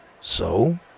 So